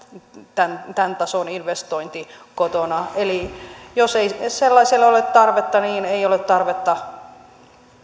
tämän tämän tason investointi kotona eli jos ei sellaiseen ole tarvetta niin ei ole tarvetta